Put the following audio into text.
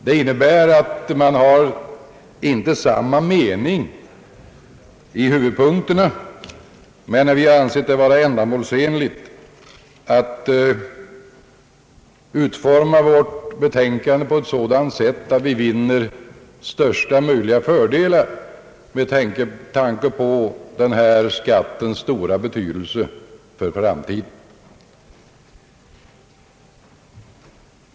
Det betyder inte att man har samma mening i huvudpunkterna, men vi har ansett det vara ändamålsenligt att utforma vårt betänkande på ett sådant sätt att vi vinner största möjliga fördelar med tanke på denna skatts stora betydelse för framtiden.